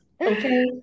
Okay